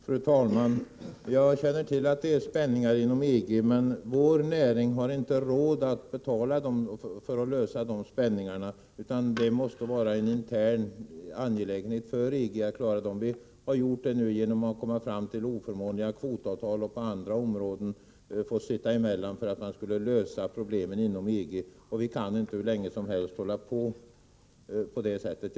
Fru talman! Jag känner till att det är spänningar inom EG. Men vår näring har inte råd att betala för att lösa de spänningarna, utan det måste vara en intern angelägenhet för EG att klara dem. Vi har nu genom oförmånliga kvotavtal och på annat sätt fått sitta emellan för att man skulle kunna lösa problemen inom EG, och vi kan inte hur länge som helst fortsätta på det sättet.